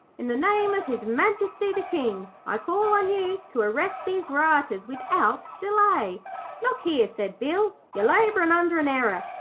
in the name of his majesty the king, i call on you to arrest these rioters without delay look here said bill, you're labourin under an error.